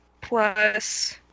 plus